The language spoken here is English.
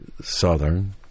Southern